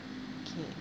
okay